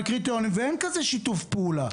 ואין כזה שיתוף פעולה.